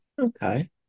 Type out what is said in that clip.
Okay